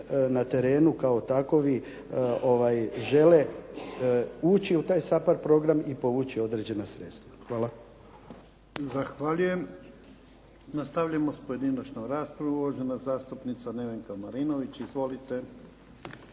na terenu kao takovi žele ući u taj SAPARD program i povući određena sredstva. Hvala. **Jarnjak, Ivan (HDZ)** Zahvaljujem. Nastavljamo s pojedinačnom raspravom. Uvažena zastupnica Nevenka Marinović.